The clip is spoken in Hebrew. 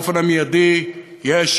באופן המיידי יש,